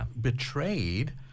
betrayed